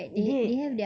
they